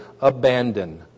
abandon